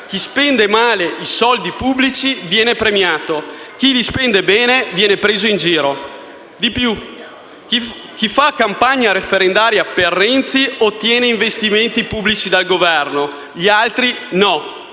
chi spende male i soldi pubblici viene premiato; chi li spende bene viene preso in giro. Di più: chi fa campagna referendaria per Renzi ottiene investimenti pubblici dal Governo, gli altri no.